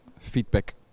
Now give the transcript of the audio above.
feedback